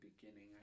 beginning